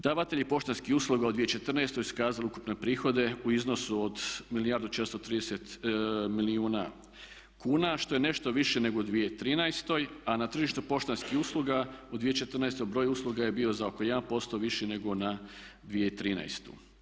Davatelji poštanskih usluga u 2014. su prikazali ukupne prihode u iznosu od milijardu i 430 milijuna kuna što je nešto više nego u 2013. a na tržište poštanskih usluga u 2014. broj usluga je bio za oko 1% viši nego na 2013.